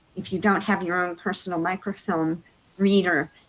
if you don't have your own personal micro film reader,